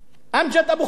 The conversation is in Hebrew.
אמג'ד אבו חדר,